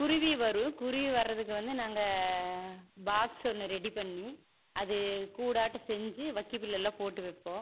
குருவி வரும் குருவி வரதுக்கு வந்து நாங்கள் பாக்ஸ் ஒன்று ரெடி பண்ணி அது கூடாட்டம் செஞ்சு வைக்கபில்லெல்லாம் போட்டு வைப்போம்